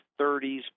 30s